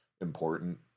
important